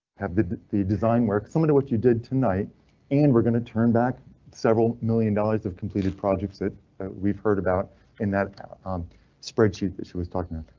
have the the design work somebody what you did tonight and we're going to turn back several one million dollars of completed projects that that we've heard about in that um spreadsheet that she was talking